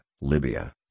Libya